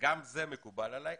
גם זה מקובל עלי.